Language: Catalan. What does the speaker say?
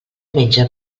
menja